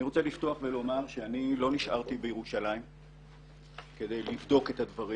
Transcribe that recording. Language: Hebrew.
אני רוצה לפתוח ולומר שלא נשארתי בירושלים כדי לבדוק את הדברים